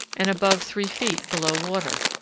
and above three feet below water,